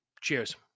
Cheers